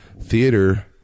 theater